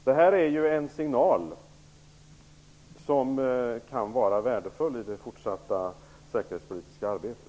Det är en signal som kan vara värdefull i det fortsatta säkerhetspolitiska arbetet.